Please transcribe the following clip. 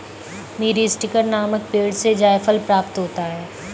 मीरीस्टिकर नामक पेड़ से जायफल प्राप्त होता है